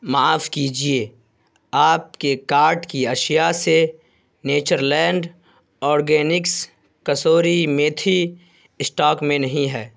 معاف کیجیے آپ کے کارٹ کی اشیاء سے Nature Land Organics Kasuri Methi stock میں نہیں ہے